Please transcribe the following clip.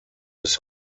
bis